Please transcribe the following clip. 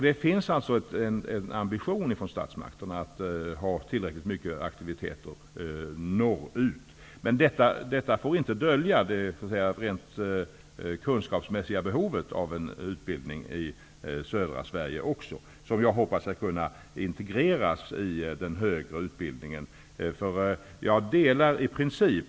Det finns alltså en ambition från statsmakterna att ha tillräckligt många aktiviteter norrut. Detta får dock inte dölja det rent kunskapsmässiga behovet av en utbildning i södra Sverige också, som jag hoppas skall kunna integreras i den högre utbildningen.